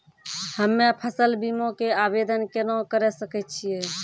हम्मे फसल बीमा के आवदेन केना करे सकय छियै?